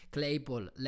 Claypool